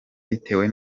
bitewe